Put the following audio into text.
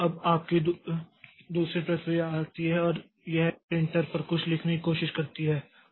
अब आपकी दूसरी प्रक्रिया आती है और यह भी प्रिंटर पर कुछ लिखने की कोशिश करती है